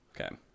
Okay